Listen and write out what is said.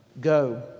Go